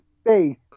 space